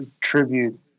tribute